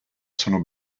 sono